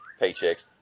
paychecks